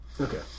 Okay